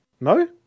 No